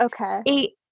okay